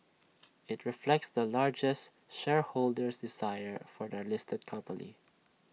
IT reflects the largest shareholder's desire for the listed company